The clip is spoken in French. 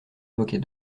moquait